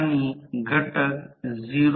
5 N152 0